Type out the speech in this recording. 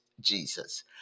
Jesus